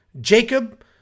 Jacob